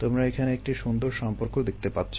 তোমরা এখানে একটি সুন্দর সম্পর্ক দেখতে পাচ্ছো